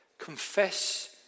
confess